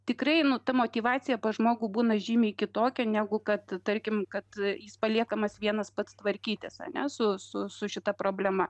tikrai nu ta motyvacija pas žmogų būna žymiai kitokia negu kad tarkim kad jis paliekamas vienas pats tvarkytis ane su su šita problema